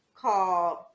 called